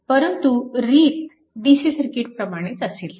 परंतु रीत DC सर्किटप्रमाणेच असेल